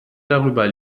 darüber